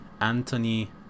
anthony